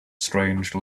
strange